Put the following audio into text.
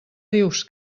dius